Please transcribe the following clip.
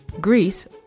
Greece